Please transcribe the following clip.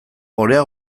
orea